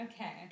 Okay